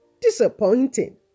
Disappointing